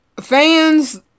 fans